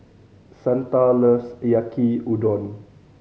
Santa loves Yaki Udon